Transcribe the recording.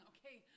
Okay